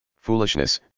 Foolishness